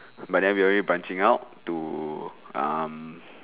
but then we're already branching out to um